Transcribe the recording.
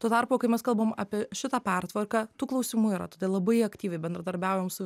tuo tarpu kai mes kalbam apie šitą pertvarką tų klausimų yra todėl labai aktyviai bendradarbiaujam su